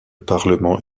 parlement